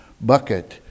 bucket